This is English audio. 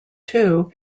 too